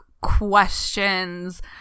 questions